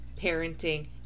parenting